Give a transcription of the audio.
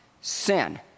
sin